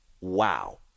Wow